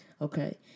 Okay